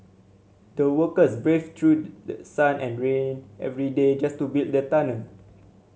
the workers braved through the sun and rain every day just to build the tunnel